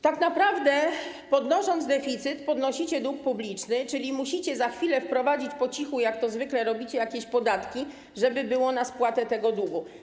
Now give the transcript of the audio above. Tak naprawdę podnosząc deficyt, podnosicie dług publiczny, czyli musicie za chwilę wprowadzić po cichu, jak to zwykle robicie, jakieś podatki, żeby było na spłatę tego długu.